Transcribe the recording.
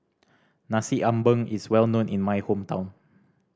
Nasi Ambeng is well known in my hometown